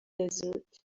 desert